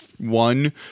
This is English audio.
one